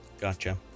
gotcha